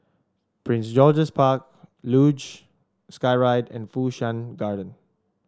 Prince George's Park Luge Skyride and Fu Shan Garden